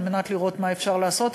כדי לראות מה אפשר לעשות,